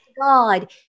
God